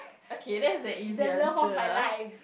okay that's an easy answer ah